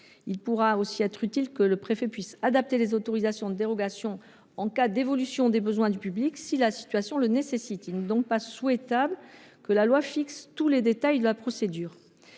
Il pourra aussi être utile que le préfet puisse adapter les autorisations de dérogation en cas d'évolution des besoins du public, si la situation le nécessite. Il n'est pas souhaitable que la loi fixe tous les détails de la procédure.